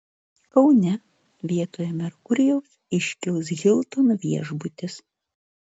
kaune vietoje merkurijaus iškils hilton viešbutis